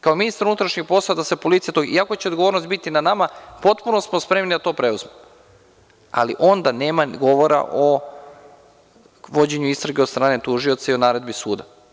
Kao ministar unutrašnjih poslova da se policija daju ovlašćenja iako će odgovornost biti na nama potpuno smo spremni da to preuzmemo, ali onda nema govora o vođenju istrage od strane tužioca i od naredbi suda.